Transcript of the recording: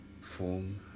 form